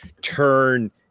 turn